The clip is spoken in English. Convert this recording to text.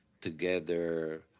together